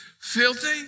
filthy